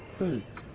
fake!